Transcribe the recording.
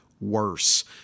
worse